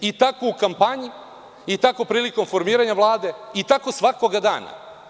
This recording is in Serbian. I tako u kampanji, i tako prilikom formiranja Vlade, i tako svakoga dana.